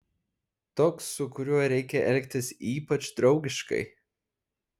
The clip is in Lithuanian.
toks su kuriuo reikia elgtis ypač draugiškai